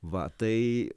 va tai